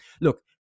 Look